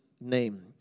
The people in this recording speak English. name